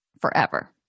forever